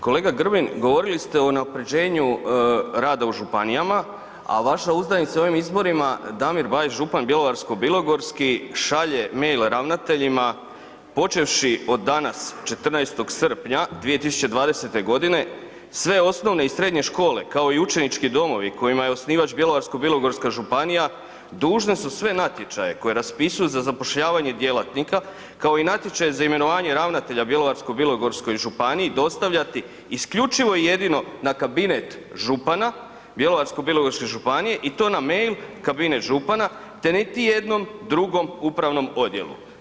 Kolega Grbin, govorili ste o unaprjeđenju rada u županijama, a vaša uzdanica u ovim izborima Damir Bajs, župan bjelovarsko-bilogorski, šalje mail ravnateljima počevši od danas, 14. srpnja 2020. g., sve osnovne i srednje škole kao i učenički domovi kojima je osnivač Bjelovarsko-bilogorska županija, dužne su sve natječaje koje raspisuju za zapošljavanje djelatnika kao i natječaje za imenovanje ravnatelja, Bjelovarsko-bilogorskoj županiji dostavljati isključivo i jedino na kabinet župana Bjelovarsko-bilogorske županije i to na mail kabinet župana te niti jednom drugom upravnom odjelu.